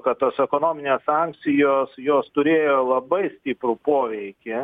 kad tos ekonominės sankcijos jos turėjo labai stiprų poveikį